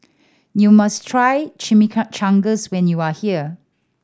you must try Chimichangas when you are here